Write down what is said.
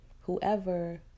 whoever